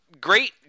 great